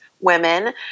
women